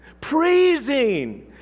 praising